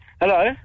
Hello